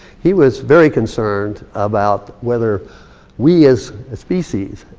he was very concerned about whether we as species,